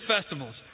festivals